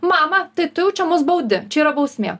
mama tai tu jau čia mus baudi čia yra bausmė